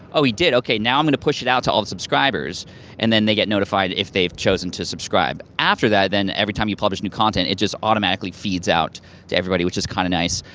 oh he did, okay now i'm gonna push it out to all the subscribers and then they get notified if they've chosen to subscribe. after that, then every time you publish new content, it just automatically feeds out to everybody which is kind of nice.